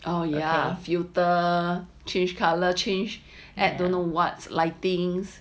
oh yeah filter change colour change at don't know what lighting